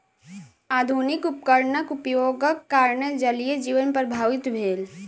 आधुनिक उपकरणक उपयोगक कारणेँ जलीय जीवन प्रभावित भेल